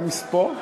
גם מספוא?